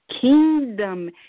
kingdom